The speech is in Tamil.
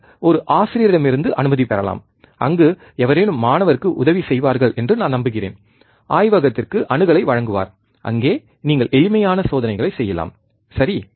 நீங்கள் ஒரு ஆசிரியரிடமிருந்து அனுமதி பெறலாம் அங்கு எவரேனும் மாணவருக்கு உதவி செய்வார்கள் என்று நான் நம்புகிறேன் ஆய்வகத்திற்கு அணுகலை வழங்குவார் அங்கே நீங்கள் எளிமையான சோதனைகளைச் செய்யலாம் சரி